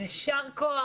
יישר כוח.